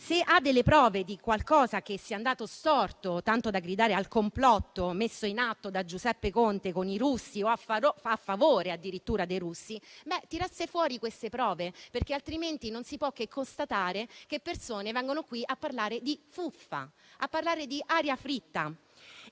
ha le prove di qualcosa andato storto, tanto da gridare al complotto messo in atto da Giuseppe Conte con i russi o a favore addirittura dei russi, le tiri fuori, altrimenti non si può che constatare che alcune persone vengono qui a parlare di fuffa, di aria fritta.